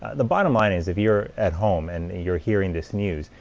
the bottom line is if you're at home and you're hearing this news,